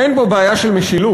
אין פה בעיה של משילות,